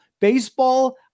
Baseball